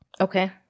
Okay